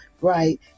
right